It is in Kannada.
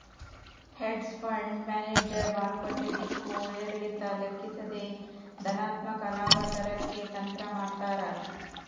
ಹೆಡ್ಜ್ ಫಂಡ್ ಮ್ಯಾನೇಜರ್ ಮಾರುಕಟ್ಟೆ ದಿಕ್ಕು ಏರಿಳಿತ ಲೆಕ್ಕಿಸದೆ ಧನಾತ್ಮಕ ಲಾಭ ತರಕ್ಕೆ ತಂತ್ರ ಮಾಡ್ತಾರ